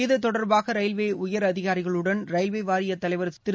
இத்தொடர்பாக ரயில்வே உயரதிகாரிகளுடன் ரயில்வே வாரிய தலைவர் திரு